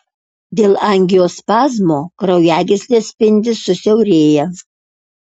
dėl angiospazmo kraujagyslės spindis susiaurėja